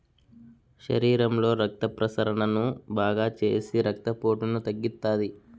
శరీరంలో రక్త ప్రసరణను బాగాచేసి రక్తపోటును తగ్గిత్తాది